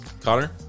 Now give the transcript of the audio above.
Connor